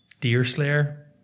Deerslayer